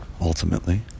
ultimately